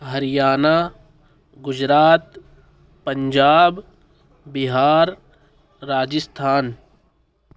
Haryana Gujarat Punjab Bihar Rajasthan